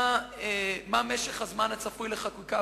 מה משך הזמן הצפוי לחקיקה?